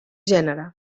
gènere